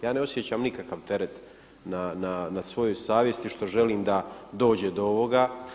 Ja ne osjećam nikakav teret na svojoj savjesti što želim da dođe do ovoga.